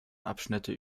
abschnitte